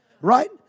right